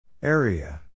Area